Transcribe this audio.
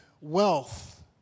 wealth